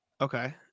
Okay